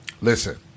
Listen